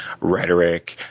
rhetoric